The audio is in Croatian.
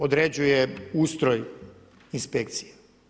Određuje ustroj inspekcije.